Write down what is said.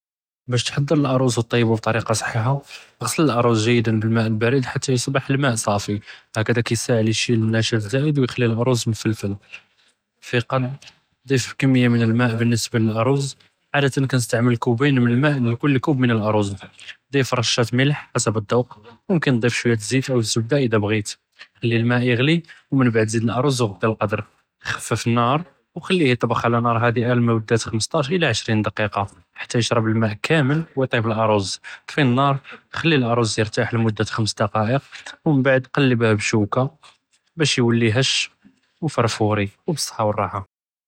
באש תחצ'ר אלארז ו תטיבו בטוריקה צחיחה، אִע'סל אלארז ג'יידאן בּלמאא אִלבארד חתה יוסבח אלמאא צפי، האכּדא כיסאעד ישיל אלנשאא' אִלזאא'ד ו יכּלי אלארז מְפַלְפֵל، פי קִדְר דיף כּמיה מן אלמאא' בלנִסְבּה לִלארז עאדתא כנסתעמל כובין מן אלמאא' לכל כוב מן אלארז، דיף רשה מלח חסב אִלד'וק, ימכן תדיף שוויה דּ זית אוא אִלזבדה אִלא בּע'ית, כְּלי אלמאא' יִעְ'לי ומן בעד זיד אלארז ו עְ'טִי אלקִדְר, חְפֵף אִלנאר, וְחִלִיה יִטבְּח עלא נַאר האדיה לִמודה חמסטאש אלא עשרין דקִיקָה חתה ישְרְבּ אלמאא' כאמל ו יטיבּ אלארז, אִטְפִי אִלנאר חְלִי אלארז ירְתאח לִמודה חְמס דקִיק את ומן בעד קלְבו בִּששוּכּה באש יוּלי הש וְפַרְפוּרי، וּבִּצהא ו לְראחה.